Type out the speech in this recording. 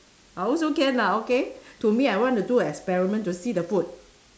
I also can lah okay to me I want to do a experiment to see the food